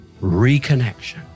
reconnection